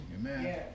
Amen